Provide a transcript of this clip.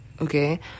okay